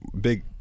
big